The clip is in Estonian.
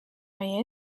meie